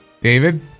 David